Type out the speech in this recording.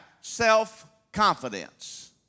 Self-confidence